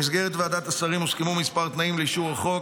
במסגרת ועדת השרים הוסכמו כמה תנאים לאישור החוק,